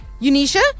Unisha